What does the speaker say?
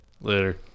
Later